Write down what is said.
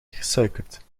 gesuikerd